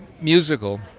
musical